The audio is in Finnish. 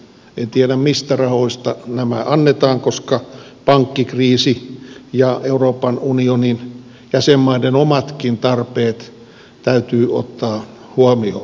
en tiedä mistä rahoista nämä annetaan koska pankkikriisi ja euroopan unionin jäsenmaiden omatkin tarpeet täytyy ottaa huomioon